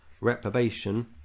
reprobation